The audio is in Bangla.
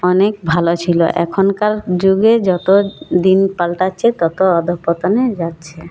অনেক ভালো ছিলো এখনকার যুগে যত দিন পালটাচ্ছে ততো অধঃপতনে যাচ্ছে